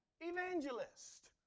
evangelist